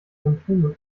symptome